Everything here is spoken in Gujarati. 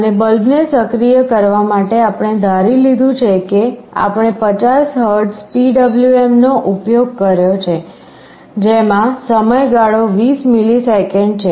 અને બલ્બને સક્રિય કરવા માટે આપણે ધારી લીધું છે કેઆપણે 50 હર્ટ્ઝ PWM નો ઉપયોગ કર્યો છે જેમાં સમયગાળો 20 મિલિસેકન્ડ છે